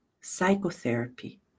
psychotherapy